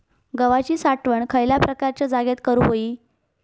गव्हाची साठवण खयल्या प्रकारच्या जागेत करू होई?